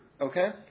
Okay